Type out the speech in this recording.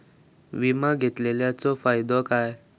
विमा घेतल्याचो फाईदो काय?